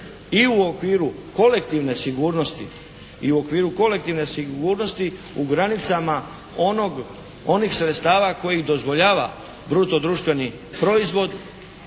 i u okviru kolektivne sigurnosti u granicama onih sredstava koji dozvoljava bruto društveni proizvod,